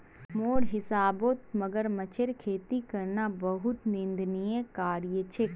मोर हिसाबौत मगरमच्छेर खेती करना बहुत निंदनीय कार्य छेक